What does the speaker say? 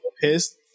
pissed